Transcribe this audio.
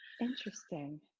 interesting